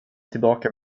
tillbaka